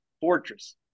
fortress